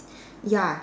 ya